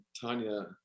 Tanya